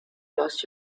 lost